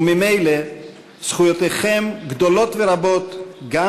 וממילא זכויותיכם גדולות ורבות גם